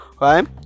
right